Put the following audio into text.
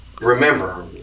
remember